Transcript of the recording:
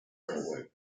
railway